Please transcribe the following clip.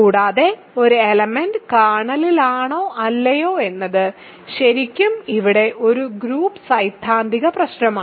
കൂടാതെ ഒരു എലമെന്റ് കേർണലിലാണോ അല്ലയോ എന്നത് ശരിക്കും ഇവിടെ ഒരു ഗ്രൂപ്പ് സൈദ്ധാന്തിക പ്രശ്നമാണ്